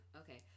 okay